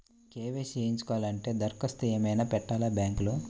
KYC చేయించుకోవాలి అంటే దరఖాస్తు ఏమయినా పెట్టాలా బ్యాంకులో?